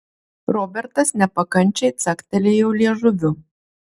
robertas nepakančiai caktelėjo liežuviu